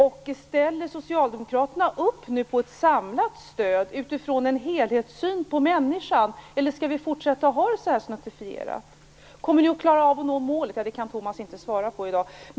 Och ställer Socialdemokraterna nu upp på ett samlat stöd utifrån en helhetssyn på människan, eller skall vi fortsätta att ha det så här snuttifierat? Kommer ni att klara av att nå målet? Ja, det kan Tomas Eneroth inte svara på i dag.